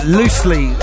loosely